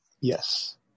yes